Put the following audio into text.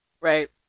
Right